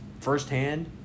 firsthand